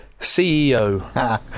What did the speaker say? ceo